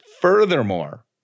Furthermore